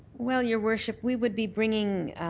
well, your worship, we would be bringing